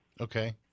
Okay